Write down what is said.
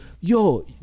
yo